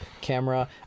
camera